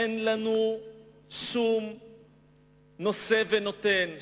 אין לנו שום נושא ונותן,